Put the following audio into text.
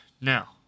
now